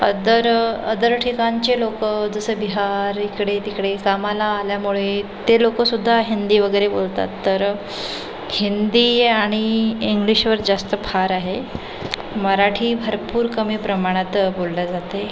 other other ठिकाणचे लोकं जसं बिहार इकडे तिकडे कामाला आल्यामुळे ते लोकंसुद्धा हिंदी वगैरे बोलतात तर हिंदी आणि इंग्लिशवर जास्त भर आहे मराठी भरपूर कमी प्रमाणात बोलली जाते